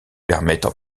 permettent